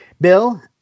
Bill